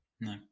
No